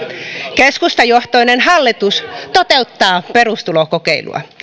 keskustajohtoinen hallitus toteuttaa perustulokokeilua